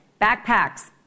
backpacks